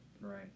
Right